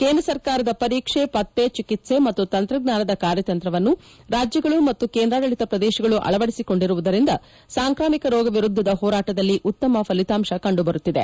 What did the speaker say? ಕೇಂದ್ರ ಸರ್ಕಾರದ ಪರೀಕ್ಷೆ ಪತ್ತೆ ಚಿಕಿತ್ಸೆ ಮತ್ತು ತಂತ್ರಜ್ಞಾನದ ಕಾರ್ಯತಂತ್ರವನ್ನು ರಾಜ್ಲಗಳು ಮತ್ತು ಕೇಂದ್ರಾಡಳಿತ ಪ್ರದೇಶಗಳು ಅಳವಡಿಸಿಕೊಂಡಿರುವುದರಿಂದ ಸಾಂಕ್ರಾಮಿಕ ರೋಗ ವಿರುದ್ದದ ಹೋರಾಟದಲ್ಲಿ ಉತ್ತಮ ಫಲಿತಾಂಶ ಕಂಡುಬರುತ್ತಿದೆ